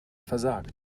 versagt